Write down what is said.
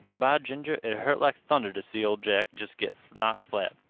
by ginger, it hurt like thunder t' see ol' jack jest git knocked flat.